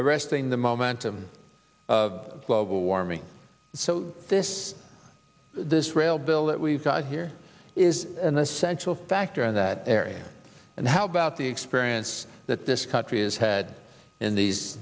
arrest in the momentum of global warming so this this rail bill that we've got here is an essential factor in that area and how about the experience that this country has had in these